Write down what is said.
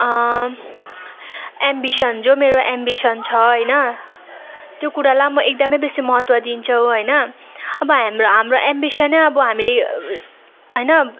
ambition जो मेरो ambition छ होइन त्यो कुरालाई म एकदमै बेसी महत्त्व दिन्छु होइन अब हाम्रो हाम्रो एम्बिसन नै अब हामीले होइन